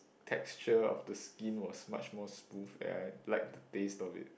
texture of the skin was much more smooth and I liked the taste of it